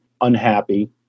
unhappy